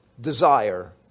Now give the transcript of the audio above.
desire